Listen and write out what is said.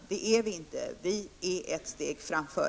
Det är vi inte. Vi är ett steg framför.